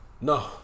No